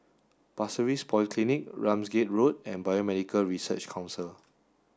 Pasir Ris Polyclinic Ramsgate Road and Biomedical Research Council